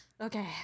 Okay